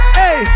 hey